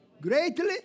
greatly